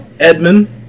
edmund